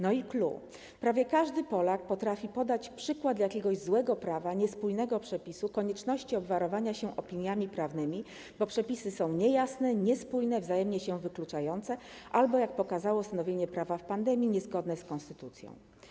No i clou: prawie każdy Polak potrafi podać przykład złego prawa, niespójnego przepisu, konieczności obwarowania się opiniami prawnymi, bo przepisy są niejasne, niespójne, wzajemnie się wykluczające albo - jak pokazało stanowienie prawa w pandemii - niezgodne z konstytucją.